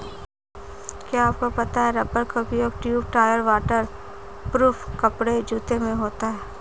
क्या आपको पता है रबर का उपयोग ट्यूब, टायर, वाटर प्रूफ कपड़े, जूते में होता है?